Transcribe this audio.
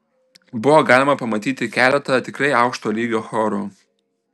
buvo galima pamatyti keletą tikrai aukšto lygio chorų